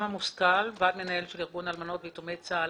אני מהוועד המנהל של ארגון אלמנות ויתומי צה"ל.